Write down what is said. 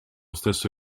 stesso